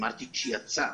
אמרתי שיצא.